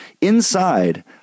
Inside